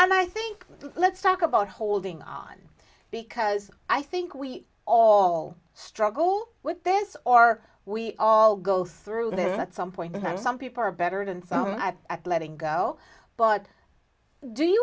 i'm i think let's talk about holding on because i think we all struggle with this or we all go through this at some point in time some people are better and some at letting go but do you